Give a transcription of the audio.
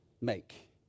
make